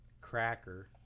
cracker